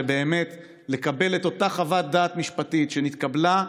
באמת לקבל את אותה חוות דעת משפטית שנתקבלה.